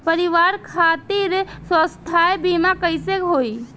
परिवार खातिर स्वास्थ्य बीमा कैसे होई?